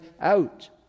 out